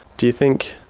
do you think,